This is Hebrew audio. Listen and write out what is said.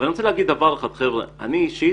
אני רוצה להגיד שאני אישית